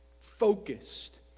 focused